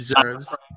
deserves